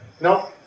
No